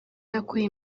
yakuye